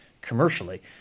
commercially